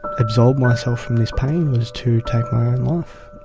absolve myself from this pain was to take my own life.